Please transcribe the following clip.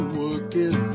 working